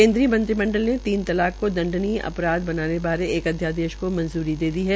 केन्द्रीय मंत्रिमंडल ने तीन तलाक को दंडनीय अपराध बनाने बारे एक अध्यादेश को मंजूरी दे दी है